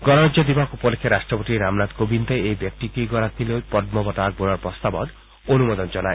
গণৰাজ্য দিৱস উপলক্ষে ৰাট্টপতি ৰামনাথ কোৱিন্দে এই ব্যক্তিকেইগৰাকীলৈ পয় বঁটা আগবঢ়োৱাৰ প্ৰস্তাৱত অনুমোদন জনায়